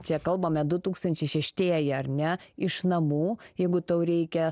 čia kalbame du tūkstančiai šeštieji ar ne iš namų jeigu tau reikia